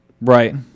Right